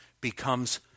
becomes